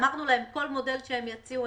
אמרנו להם כל מודל שהם יציעו,